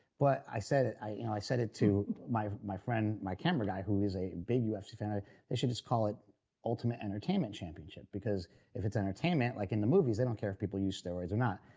but i said it. i you know i said it to my my friend my camera guy who is a big ufc fan, they should just call it ultimate entertainment championship because if it's entertainment like in the movies they don't care if people use steroids or not.